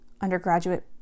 undergraduate